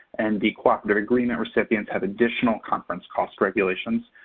and the cooperative agreement recipients have additional conference cost regulations.